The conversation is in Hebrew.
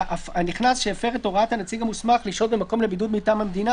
ה"נכנס שהפר את הוראת הנציג המוסמך לשהות במקום לבידוד מטעם המדינה"